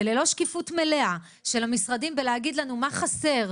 ללא שקיפות מלאה של המשרדים בלהגיד לנו מה חסר,